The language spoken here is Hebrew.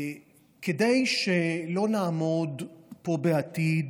כדי שלא נעמוד פה בעתיד